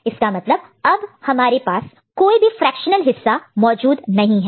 इसका मतलब अब हमारे पास कोई भी फ्रेक्शनल हिस्सा मौजूद नहीं है